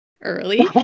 early